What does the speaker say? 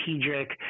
strategic